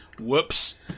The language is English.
Whoops